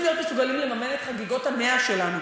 להיות מסוגלים לממן את חגיגות ה-100 שלנו.